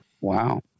Wow